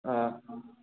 ꯑꯥ